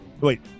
Wait